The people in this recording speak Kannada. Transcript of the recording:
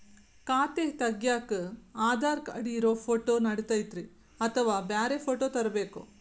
ಖಾತೆ ತಗ್ಯಾಕ್ ಆಧಾರ್ ಕಾರ್ಡ್ ಇರೋ ಫೋಟೋ ನಡಿತೈತ್ರಿ ಅಥವಾ ಬ್ಯಾರೆ ಫೋಟೋ ತರಬೇಕೋ?